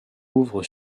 ouvre